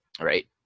Right